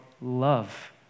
love